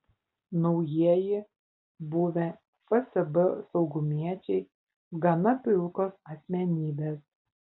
naujieji buvę fsb saugumiečiai gana pilkos asmenybės